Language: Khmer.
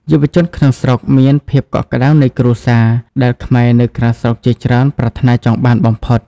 យុវជនក្នុងស្រុកមាន "ភាពកក់ក្តៅនៃគ្រួសារ" ដែលខ្មែរនៅក្រៅស្រុកជាច្រើនប្រាថ្នាចង់បានបំផុត។